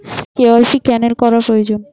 KYC cancel করা প্রয়োজন?